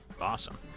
Awesome